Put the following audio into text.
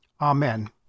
Amen